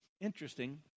Interesting